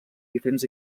diferents